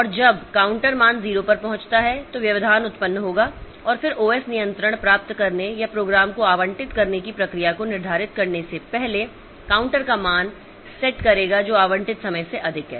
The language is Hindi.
और जब काउंटर मान 0 पर पहुंचता है तो व्यवधान उत्पन्न होगा और फिर ओएस नियंत्रण प्राप्त करने या प्रोग्राम को आवंटित करने की प्रक्रिया को निर्धारित करने से पहले काउंटर का मान सेट करेगा जो आवंटित समय से अधिक है